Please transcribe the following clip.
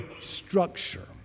structure